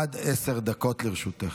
עד עשר דקות לרשותך.